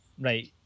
Right